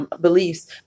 beliefs